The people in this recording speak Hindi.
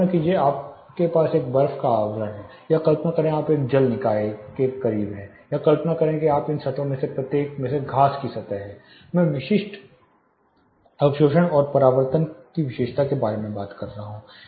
कल्पना कीजिए कि आपके पास एक बर्फ का आवरण है या कल्पना करें कि आपके पास एक जल निकाय है या कल्पना कीजिए कि आपके पास इन सतहों में से प्रत्येक में घास की सतह है मैं विशिष्ट अवशोषण और प्रतिबिंब की विशेषता के बारे में बात कर रहा हूं